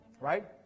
right